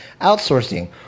outsourcing